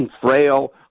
frail